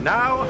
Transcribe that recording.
now